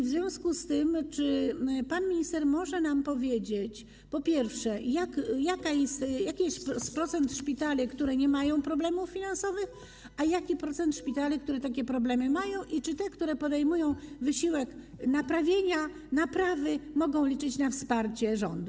W związku z tym czy pan minister może nam powiedzieć, po pierwsze, jaki jest procent szpitali, które nie mają problemów finansowych, a jaki jest procent szpitali, które takie problemy mają, i czy te, które podejmują wysiłek naprawy, mogą liczyć na wsparcie rządu?